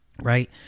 right